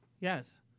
Yes